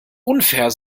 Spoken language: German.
unfair